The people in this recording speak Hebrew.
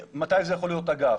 מתי זה יכול להיות אגף,